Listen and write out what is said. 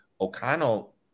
O'Connell